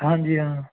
ਹਾਂਜੀ ਹਾਂ